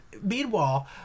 Meanwhile